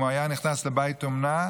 אם ילד נכה היה נכנס לבית אומנה,